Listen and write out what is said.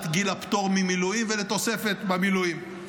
גיל הפטור ממילואים ולתוספת במילואים.